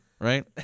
right